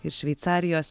ir šveicarijos